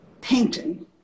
painting